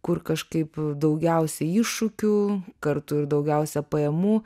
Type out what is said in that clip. kur kažkaip daugiausia iššūkių kartu ir daugiausia pajamų